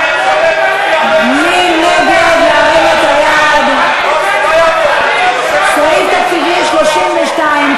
אנחנו עוברים לסעיף תקציבי 32,